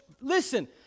Listen